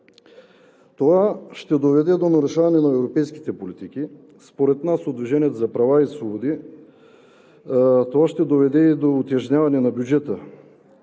Това ще доведе до нарушаване на европейските политики. Според нас от „Движението за права и свободи“ това ще доведе и до утежняване на бюджета.